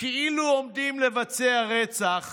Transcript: כאילו עומדים לבצע רצח